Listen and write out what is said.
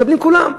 מקבלים כולם,